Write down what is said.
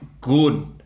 good